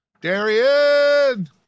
Darian